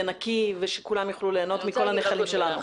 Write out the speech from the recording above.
אנחנו רוצים שנחל חרוד יהיה נקי ושכולם יוכלו ליהנות מכל הנחלים שלנו.